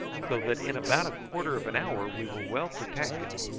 so that in about a quarter of an hour we were well protected,